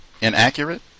inaccurate